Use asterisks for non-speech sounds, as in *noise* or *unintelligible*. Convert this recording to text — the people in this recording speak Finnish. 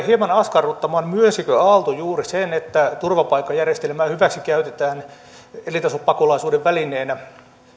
*unintelligible* hieman askarruttamaan myönsikö aalto juuri sen että turvapaikkajärjestelmää hyväksikäytetään elintasopakolaisuuden välineenä